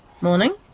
morning